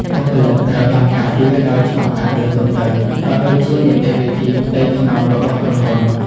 បុគ្គលិកត្រូវបានការពារដោយច្បាប់ការងារទូទៅ ក៏ដូចជានីតិវិធីផ្ទៃក្នុងរបស់ក្រុមហ៊ុន។